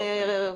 לא, אין.